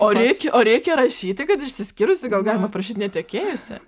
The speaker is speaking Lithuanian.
o reik o reikia rašyti kad išsiskyrusi gal galima parašyt netekėjusi